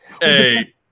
hey